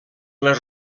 les